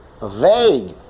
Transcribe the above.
vague